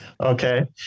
Okay